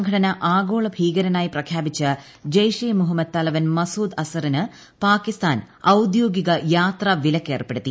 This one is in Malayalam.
ഐകൃരാഷ്ട്രസംഘടന ആഗോള ഭീകരനായി ന് പ്രഖ്യാപിച്ച ജെയ്ഷെ മുഹമ്മദ് തലവൻ മസൂദ് അസറിന് പാകിസ്ഥാൻ ഔദ്യോഗിക യാത്രാവിലക്ക് ഏർപ്പെടുത്തി